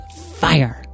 FIRE